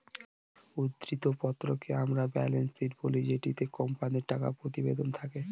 উদ্ধৃত্ত পত্রকে আমরা ব্যালেন্স শীট বলি যেটিতে কোম্পানির টাকা প্রতিবেদন থাকে